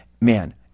Man